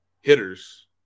hitters